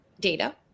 data